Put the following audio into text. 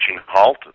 halt